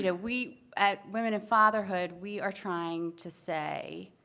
yeah we at women at fatherhood, we are trying to say